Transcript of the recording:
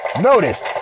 Notice